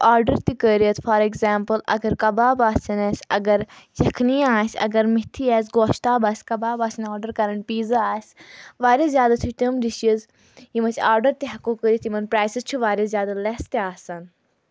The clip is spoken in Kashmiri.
آرڈر تہِ کٔرِتھ فار ایٚگزامپٕل اَگر کَباب آسن اَسہِ اَگر یَکھنی آسہِ اَگر مَیٚتِھی آسہِ گوٚشتاب آسہِ کَباب آسن آرڈَر کَرٕنۍ پیٖزا آسہِ واریاہ زیادٕ چھِ تِم ڈِشِز یِم أسۍ آرڈر تہِ ہؠکو کٔرِتھ یِمن پرٛایِٚسٕز چھِ واریاہ زیادٕ لیٚس تہِ آسان